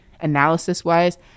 analysis-wise